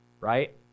Right